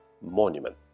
monument